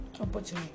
Opportunity